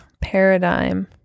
paradigm